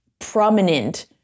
prominent